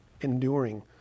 Enduring